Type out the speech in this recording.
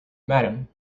madam